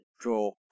draw